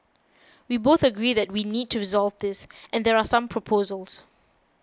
we both agree that we need to resolve this and there are some proposals